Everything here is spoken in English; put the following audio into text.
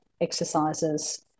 exercises